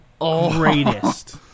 greatest